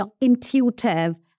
intuitive